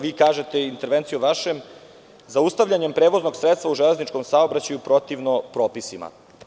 Vi kažete, vašom intervencijom, zaustavljanjem prevoznog sredstva u železničkom saobraćaju protivno je propisima.